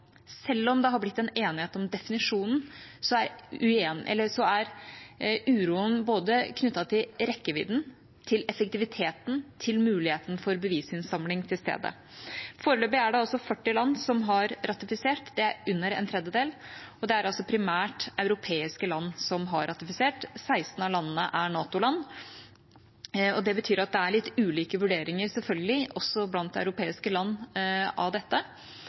Selv om det har blitt en enighet om definisjonen, er uroen knyttet til både rekkevidden, effektiviteten og muligheten for bevisinnsamling til stede. Foreløpig er det 40 land som har ratifisert – det er under en tredjedel. Det er primært europeiske land som har ratifisert, 16 av landene er NATO-land. Det betyr at det selvfølgelig er litt ulike vurderinger også blant europeiske land av dette.